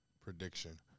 prediction